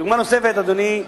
דוגמה נוספת, אדוני,